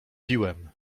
piłem